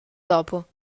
dopo